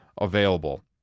available